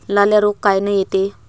लाल्या रोग कायनं येते?